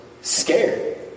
scared